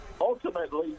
ultimately